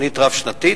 תוכנית רב-שנתית,